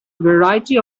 variety